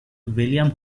william